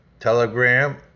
Telegram